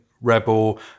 rebel